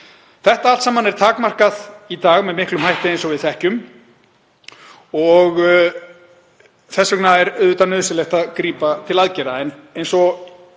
Þetta allt saman er takmarkað í dag með margvíslegum hætti eins og við þekkjum og þess vegna er auðvitað nauðsynlegt að grípa til aðgerða. En eins og